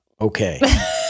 Okay